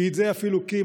כי את זה אפילו קים,